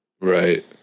Right